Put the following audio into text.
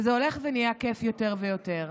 וזה הולך ונהיה כיף יותר ויותר.